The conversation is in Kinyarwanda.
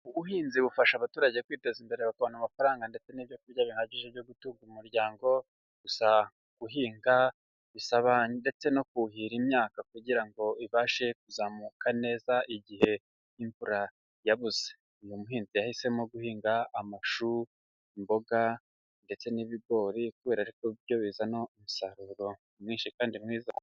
Ubuhinzi bufasha abaturage kwiteza imbere bakobona amafaranga ndetse n'ibyo kurya bihagije byo gutunga umuryango, gusa guhinga bisaba ndetse no kuhira imyaka kugira ngo ibashe kuzamuka neza igihe imvura yabuze, uyu muhinzi yahisemo guhinga amashu, imboga ndetse n'ibigori, kubera ko ari byo bizana umusaruro mwinshi kandi mwiza.